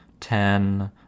ten